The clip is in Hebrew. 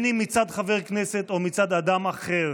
אם מצד חבר כנסת ואם מצד אדם אחר.